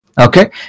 Okay